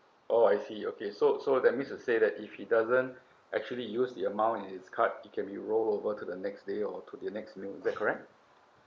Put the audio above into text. oh I see okay so so that means to say that if he doesn't actually use the amount in his card it can be roll over the next day or to the next week is that correct